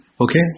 Okay